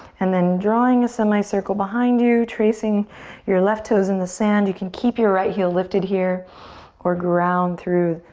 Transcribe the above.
and then drawing a semicircle behind you, tracing your left toes in the sand. you can keep your right heel lifted here or ground through,